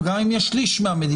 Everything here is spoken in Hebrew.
גם אם יש שליש מהמדינות,